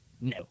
no